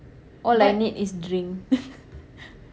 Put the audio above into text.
all I need is drink